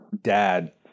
dad